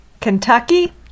Kentucky